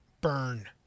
burn